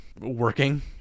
Working